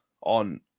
on